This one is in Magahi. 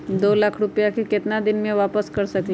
दो लाख रुपया के केतना दिन में वापस कर सकेली?